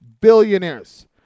billionaires